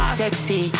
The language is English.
sexy